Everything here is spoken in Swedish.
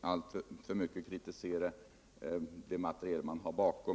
alltför mycket kritisera det material som man kan se tillbaka på.